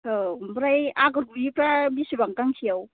औ ओमफ्राय आगर गुबैफ्रा बेसेबां गांसेयाव